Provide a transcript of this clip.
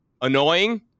annoying